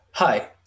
Hi